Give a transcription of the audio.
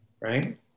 Right